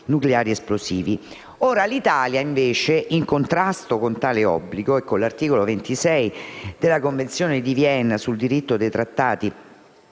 l'Italia, in contrasto con tale obbligo e con l'articolo 26 della Convenzione di Vienna sul diritto dei trattati